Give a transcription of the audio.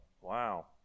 Wow